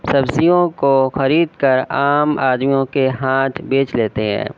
سبزیوں کو خرید کر عام آدمیوں کے ہاتھ بیچ لیتے ہیں